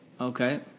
Okay